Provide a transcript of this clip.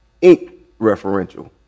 ink-referential